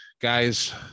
Guys